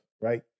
right